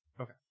Okay